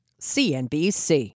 CNBC